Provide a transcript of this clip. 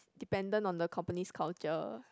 dependent on the company's culture